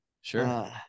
Sure